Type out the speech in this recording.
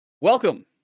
Welcome